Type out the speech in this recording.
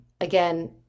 again